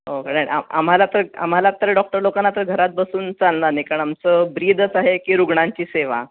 हो का नाही नाही आम्हाला तर आम्हाला तर डॉक्टर लोकांना तर घरात बसून चालणार नाही कारण आमचं ब्रीदच आहे की रुग्णांची सेवा